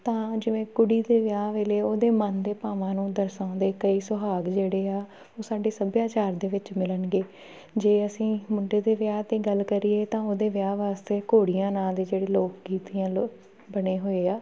ਤਾਂ ਜਿਵੇਂ ਕੁੜੀ ਦੇ ਵਿਆਹ ਵੇਲੇ ਉਹਦੇ ਮਨ ਦੇ ਭਾਵਾਂ ਨੂੰ ਦਰਸਾਉਂਦੇ ਕਈ ਸੁਹਾਗ ਜਿਹੜੇ ਆ ਉਹ ਸਾਡੇ ਸੱਭਿਆਚਾਰ ਦੇ ਵਿੱਚ ਮਿਲਣਗੇ ਜੇ ਅਸੀਂ ਮੁੰਡੇ ਦੇ ਵਿਆਹ 'ਤੇ ਗੱਲ ਕਰੀਏ ਤਾਂ ਉਹਦੇ ਵਿਆਹ ਵਾਸਤੇ ਘੋੜੀਆਂ ਨਾਂ ਦੇ ਜਿਹੜੇ ਲੋਕ ਗੀਤ ਕਹਿ ਲਓ ਬਣੇ ਹੋਏ ਆ